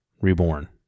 reborn